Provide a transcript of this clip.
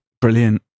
Brilliant